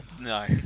no